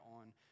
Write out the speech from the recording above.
on